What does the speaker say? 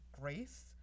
grace